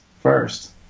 first